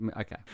okay